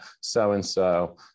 so-and-so